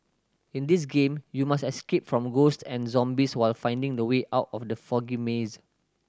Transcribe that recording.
in this game you must escape from ghost and zombies while finding the way out of the foggy maze